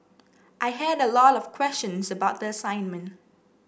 I had a lot of questions about the assignment